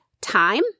time